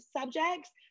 subjects